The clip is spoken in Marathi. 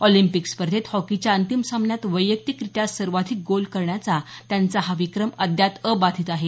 ऑलिम्पिक स्पर्धेत हॉकीच्या अंतिम सामन्यात वैयक्तिकरित्या सर्वाधिक गोल करण्याच्या त्यांचा हा विक्रम अद्याप अबाधित आहे